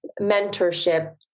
mentorship